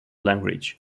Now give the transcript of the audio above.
language